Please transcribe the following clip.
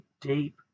deep